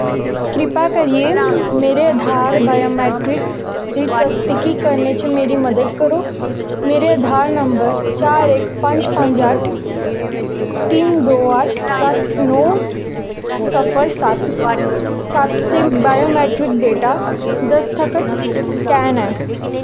कृपा करियै मेरे आधार बायोमेट्रिक्स दी तसदीक करने च मेरी मदद करो मेरा आधार नंबर चार इक पंज पंज अट्ठ तिन्न दो अट्ठ सत्त नौ सिफर सत्त ते बायोमेट्रिक डेटा दस्तखत स्कैन ऐ